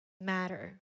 matter